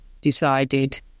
decided